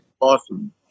Awesome